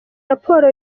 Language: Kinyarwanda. raporo